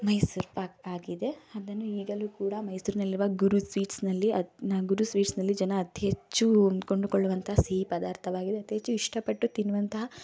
ಮೈಸೂಋು ಪಾಕ್ ಆಗಿದೆ ಅದನ್ನು ಈಗಲೂ ಕೂಡ ಮೈಸೂರಿನಲ್ಲಿರುವ ಗುರು ಸ್ವೀಟ್ಸ್ನಲ್ಲಿ ಗುರು ಸ್ವೀಟ್ಸ್ನಲ್ಲಿ ಜನ ಅತಿ ಹೆಚ್ಚು ಕೊಂಡುಕೊಳ್ಳುವಂತಹ ಸಿಹಿ ಪದಾರ್ಥವಾಗಿದೆ ಅತಿ ಹೆಚ್ಚು ಇಷ್ಟಪಟ್ಟು ತಿನ್ನುವಂತಹ